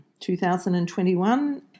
2021